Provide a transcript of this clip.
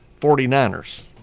49ers